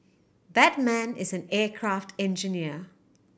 that man is an aircraft engineer